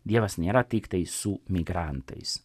dievas nėra tiktai su migrantais